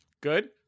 Good